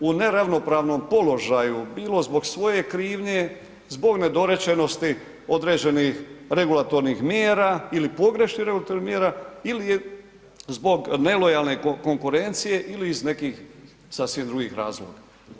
u neravnopravnom položaju bilo zbog svoje krivnje, zbog nedorečenosti određenih regulatornih mjera ili pogrešnih regulatornih mjera ili zbog nelojalne konkurencije ili iz nekih sasvim drugih razloga.